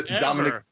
Dominic